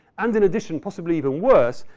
and in addition, possibly even worse,